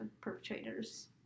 perpetrators